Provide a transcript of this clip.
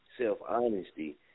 self-honesty